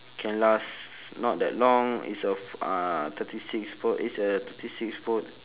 can last not that long it's a f~ uh thirty six volt it's a thirty six volt